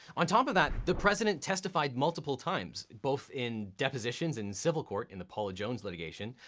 on top of that, the president testified multiple times, both in depositions in civil court in the paula jones litigation,